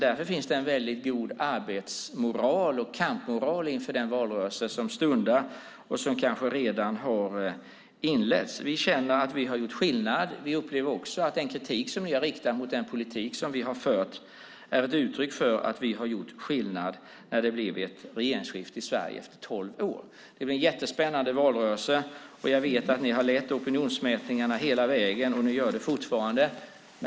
Därför finns det en väldigt god arbetsmoral och kampmoral inför den valrörelse som stundar och som kanske redan har inletts. Vi känner att vi har gjort skillnad. Vi upplever också att den kritik som ni har riktat mot den politik vi fört är ett uttryck för att vi har gjort skillnad när det blev ett regeringsskifte i Sverige efter tolv år. Det blir en jättespännande valrörelse. Jag vet att ni har lett opinionsmätningarna hela vägen, och ni gör det fortfarande.